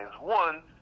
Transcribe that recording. One